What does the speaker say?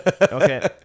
Okay